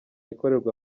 ikorerwa